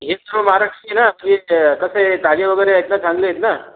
एकदम महाराष्ट्रीयन हां ते कसं ए ताजे वगैरे आहेत ना चांगले आहेत ना